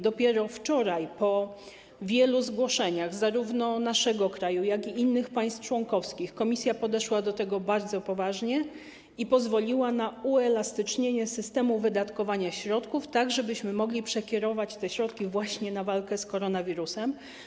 Dopiero wczoraj po wielu zgłoszeniach zarówno naszego kraju, jak i innych państw członkowskich Komisja podeszła do tego bardzo poważnie i pozwoliła na uelastycznienie systemu wydatkowania środków, tak żebyśmy mogli przekierować je właśnie na walkę z koronawirusem.